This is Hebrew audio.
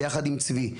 ביחד עם צבי,